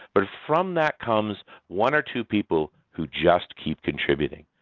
but from that comes one or two people who just keep contributing,